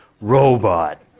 robot